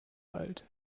alt